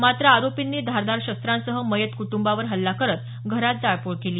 मात्र आरोपींनी धारदार शस्त्रांसह मयत कुटुंबावर हल्ला करून घरात जाळपोळ केली